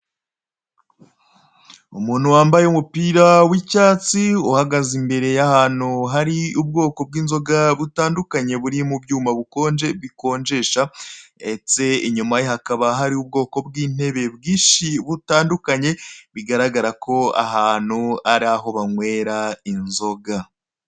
Umuntu wambaye umupira w'icyatsi uhagaze ahantu hari ubwoko bw'inzoga butandukanye kandi bikonjesha ndetse inyuma ye hakaba hari ubwoko bw'intebe bwinshi butandukanye bigaragara ko aha hantu ari aho banywera inzoga.